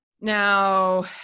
now